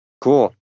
Cool